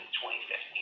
2015